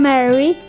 Mary